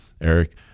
Eric